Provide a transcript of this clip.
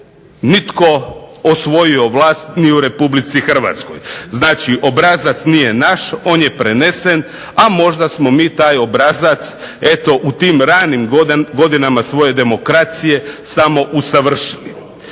nitko osvojio vlast ni u RH. Znači, obrazac nije naš, on je prenesen, a možda smo mi taj obrazac eto u tim ranim godinama svoje demokracije samo usavršili.